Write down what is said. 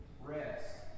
Rest